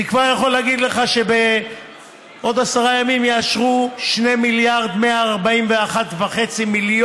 אני כבר יכול להגיד לך שבעוד עשרה ימים יאשרו 2 מיליארד,141 מיליון